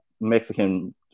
mexican